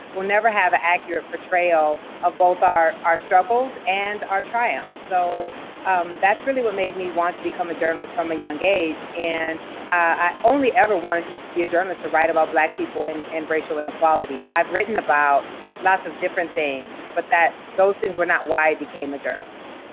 we'll never have a accurate portrayal of both our our struggles and our triumphs. so that's really what made me want to become a journalist from a young age, and i only ever wanted to be a journalist to write about black people and and racial inequality. i've written about lots of different things, but those things were not why i became a journalist.